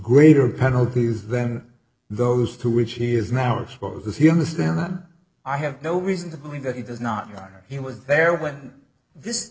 greater penalties than those two which he is now exposed as he understand that i have no reason to believe that he does not mind he was there when this